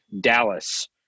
Dallas